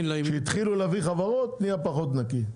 כשהתחילו להביא חברות נהיה פחות נקי.